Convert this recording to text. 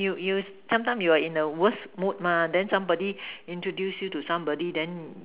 you you sometime you're in the worst mood mah then somebody introduce you to somebody then